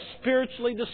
spiritually